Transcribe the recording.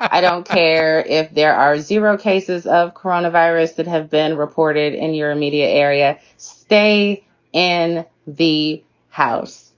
i don't care if there are zero cases of coronavirus that have been reported in your immediate area stay in the house.